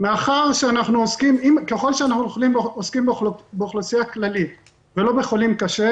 ככל שאנחנו עוסקים באוכלוסייה כללית ולא בחולים קשה,